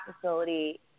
facility